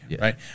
right